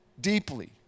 deeply